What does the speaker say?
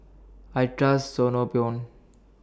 I Trust Sangobion